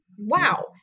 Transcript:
Wow